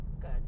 Good